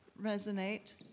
resonate